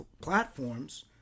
platforms